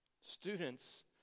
students